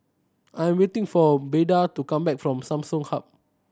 I'm waiting for Beda to come back from Samsung Hub